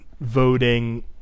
voting